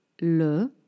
Le